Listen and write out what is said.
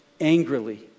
angrily